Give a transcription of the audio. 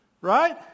Right